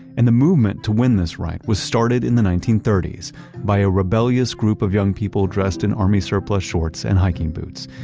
and the movement to win this right was started in the nineteen thirty s by a rebellious group of young people dressed in army surplus shorts and hiking boots,